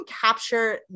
capture